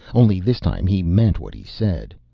only this time he meant what he said.